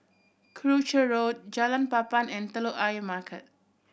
Croucher Road Jalan Papan and Telok Ayer Market